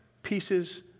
Pieces